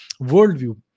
worldview